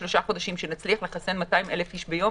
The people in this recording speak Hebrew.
3 חודשים שנצליח מחסן 200,000 איש ביום,